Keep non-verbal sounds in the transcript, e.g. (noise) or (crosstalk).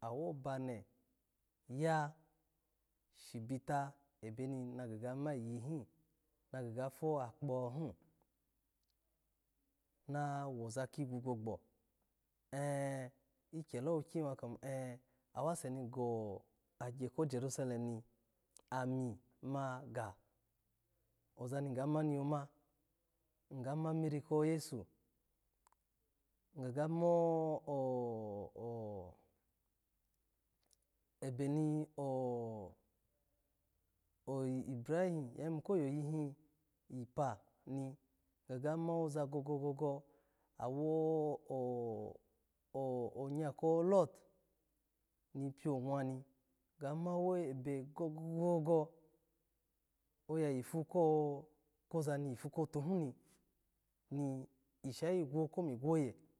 na wo bane ya shibita ebeni na ga ma iyihi, na ga yapo kpaha, nawaza ki gwu kpokpo (hesitation) ekyelo wuki iwa kamo (hesitation) awase ni gagye ko jeruselem ni, ami ma ga oza ni ga ma ni yoma, iga ma meri ko jesu, iga mo-o-o ebe ni o-op. Ibirahi ya yimu ko yo yi pa ni, iga moza gogogogo, wo-o-op onya ko bot ni piyamwu ni, kpu gogo-gogo, oya yipu koza ni yipa kotu hi ni, ishayi igulo ko migwoye.